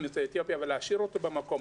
יוצאי אתיופיה והיה צריך להשאיר אותו במקום.